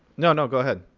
no, no, go ahead.